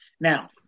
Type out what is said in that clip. Now